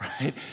right